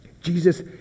jesus